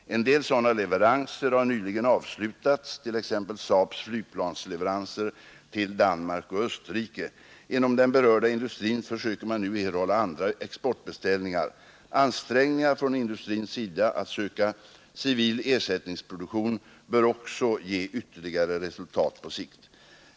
En del sådana leveranser har nyligen avslutats, t.ex. SAAB:s flygplansleveranser till Danmark och Österrike. Inom den berörda industrin försöker man nu erhålla andra exportbeställningar. Ansträngningar från industrins sida att söka civil ersättningsproduktion bör också ge ytterligare resultat på sikt.